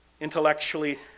Intellectually